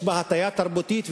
יש בה הטיה תרבותית,